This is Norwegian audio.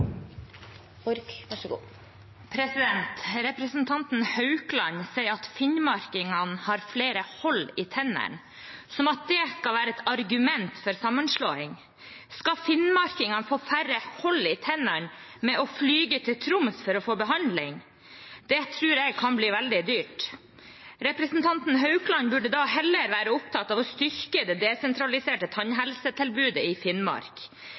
Representanten Haukland sier at finnmarkingene har flere hull i tennene – som om det skal være et argument for sammenslåing. Skal finnmarkingene få færre hull i tennene ved å fly til Troms for å få behandling? Det tror jeg kan bli veldig dyrt. Representanten Haukland burde heller være opptatt av å styrke det desentraliserte tannhelsetilbudet i Finnmark.